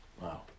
Wow